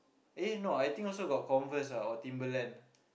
eh no I think also got Converse ah or Timberland